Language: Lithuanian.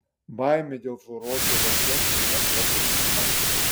baimė dėl fluoruoto vandens nepagrįsta